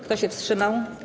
Kto się wstrzymał?